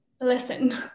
listen